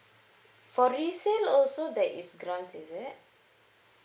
for resale also there is grant is it